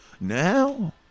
Now